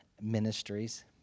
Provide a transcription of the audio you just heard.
Ministries